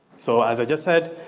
so as i just said,